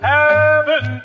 Heaven